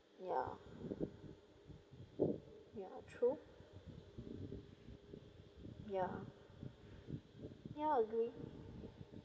ya ya true ya ya agree